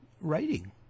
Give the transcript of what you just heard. writing